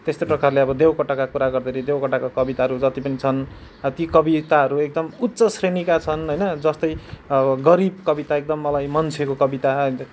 त्यस्तै प्रकारले अब देवकोटाका कुरा गर्दाखेरि देवकोटाको कविताहरू जति पनि छन् अब ती कविताहरू एकदम उच्च श्रेणीका छन् होइन जस्तै अब गरीब कविता एकदम मलाई मन छोएको कविता